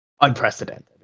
unprecedented